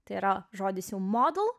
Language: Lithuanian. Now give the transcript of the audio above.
tai yra žodis modų